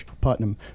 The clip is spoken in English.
Putnam